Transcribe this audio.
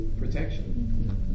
protection